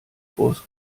groß